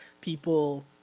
people